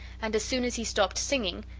and as soon as he stopped singing,